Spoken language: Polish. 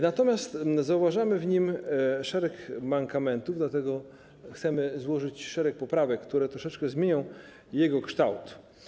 Natomiast zauważamy w nim szereg mankamentów, dlatego chcemy złożyć szereg poprawek, które troszeczkę zmienią jego kształt.